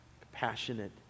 compassionate